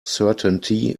certainty